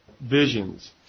visions